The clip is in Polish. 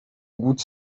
głód